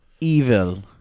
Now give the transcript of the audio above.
Evil